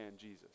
Jesus